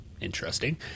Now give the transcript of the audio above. Interesting